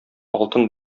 алтын